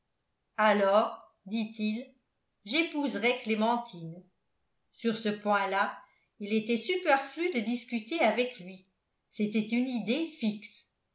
alors dit-il j'épouserai clémentine sur ce point-là il était superflu de discuter avec lui c'était une idée fixe